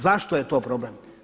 Zašto je to problem?